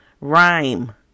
rhyme